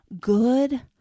good